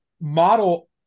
model